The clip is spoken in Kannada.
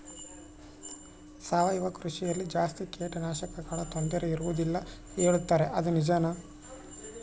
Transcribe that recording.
ಸಾವಯವ ಕೃಷಿಯಲ್ಲಿ ಜಾಸ್ತಿ ಕೇಟನಾಶಕಗಳ ತೊಂದರೆ ಇರುವದಿಲ್ಲ ಹೇಳುತ್ತಾರೆ ಅದು ನಿಜಾನಾ?